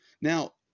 Now